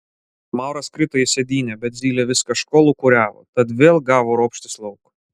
mauras krito į sėdynę bet zylė vis kažko lūkuriavo tad vėl gavo ropštis lauk